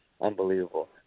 unbelievable